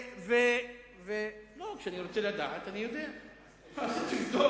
כנראה יש לך קשרים.